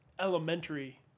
elementary